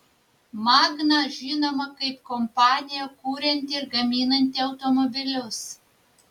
magna žinoma kaip kompanija kurianti ir gaminanti automobilius